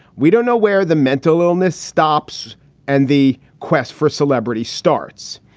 we don't know where the mental illness stops and the quest for celebrity starts.